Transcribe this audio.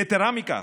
יתרה מכך,